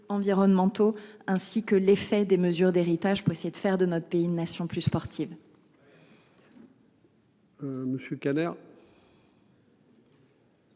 ainsi que l'effet des mesures d'héritage pour essayer de faire de notre pays une nation plus sportive. Monsieur Kader.